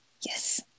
yes